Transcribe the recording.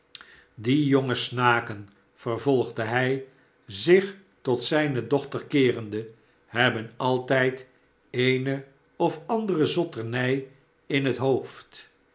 die jonge snaken vervolgde hij zich tot zijne dochter keerende hebben altijd eene of andere zotternij in het hoofd